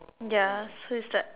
ya so it's like